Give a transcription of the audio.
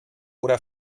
oder